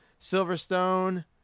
silverstone